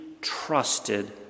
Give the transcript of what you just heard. trusted